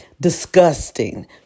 disgusting